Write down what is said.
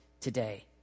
today